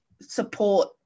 support